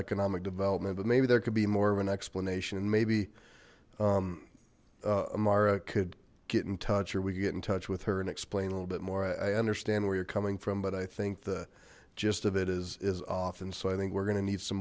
economic development but maybe there could be more of an explanation maybe amara could get in touch or we get in touch with her and explain a little bit more i understand where you're coming from but i think the gist of it is is often so i think we're gonna need some